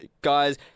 guys